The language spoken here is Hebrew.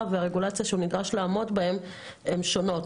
והרגולציה שהוא נדרש לעמוד בהן הן שונות.